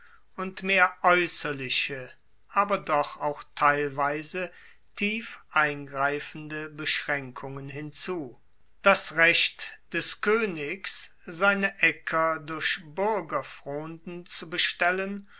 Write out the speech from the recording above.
und mehr aeusserliche aber doch auch teilweise tief eingreifende beschraenkungen hinzu das recht des koenigs seine aecker durch buergerfronden zu bestellen